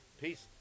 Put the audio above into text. Peace